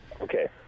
Okay